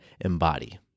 embody